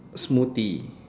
smoothie